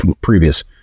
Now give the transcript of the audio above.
previous